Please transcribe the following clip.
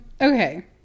Okay